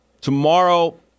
tomorrow